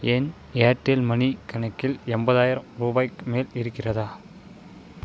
என் Airtel money கணக்கில் எண்பதாயிரம் ரூபாய்க்கு மேல் இருக்கிறதா